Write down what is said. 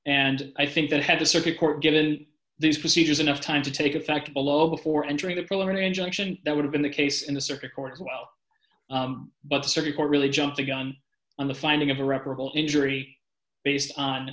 and i think that had a circuit court given these procedures enough time to take effect below before entering the preliminary injunction that would have been the case in the circuit court as well but the supreme court really jumped the gun on the finding of irreparable injury based on